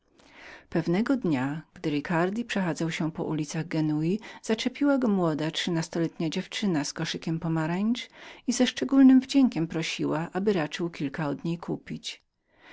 pewnngopewnego dnia gdy ricardi przechadzał się po ulicach genui zaczepiła go młoda dziewczyna z koszykiem pomarańcz i z szczególnym wdziękiem prosiła aby raczył kilka od niej kupić